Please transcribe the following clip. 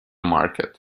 market